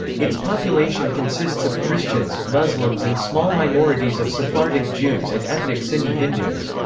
its population consists of christians, muslims and small minorities of sephardic jews and ethnic sindhi hindus.